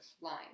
line